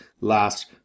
last